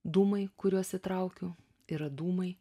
dūmai kuriuos įtraukiu yra dūmai